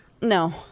No